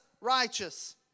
righteous